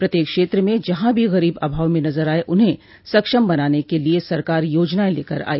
प्रत्येक क्षेत्र में जहां भी गरीब अभाव में नजर आए उन्हें सक्षम बनाने के लिए सरकार योजनाएं लेकर आई